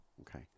okay